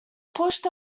pushed